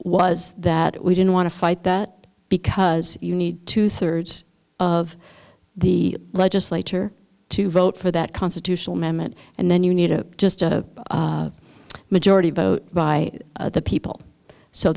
was that we didn't want to fight that because you need two thirds of the legislature to vote for that constitutional amendment and then you need a just a majority vote by the people so